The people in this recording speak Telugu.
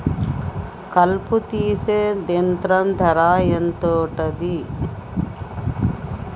కలుపు తీసే యంత్రం ధర ఎంతుటది?